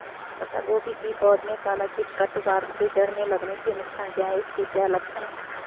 पत्ता गोभी की पौध में काला कीट कट वार्म के जड़ में लगने के नुकसान क्या हैं इसके क्या लक्षण हैं?